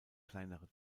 kleinere